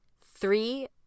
Three